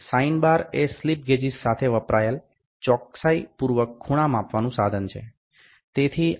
sine bar એ slip gauges સાથે વપરાયેલ ચોક્સાઇ પૂર્વક ખૂણા માપવાનું સાધન છે